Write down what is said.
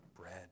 Bread